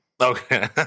Okay